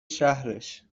شهرش